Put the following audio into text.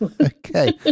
Okay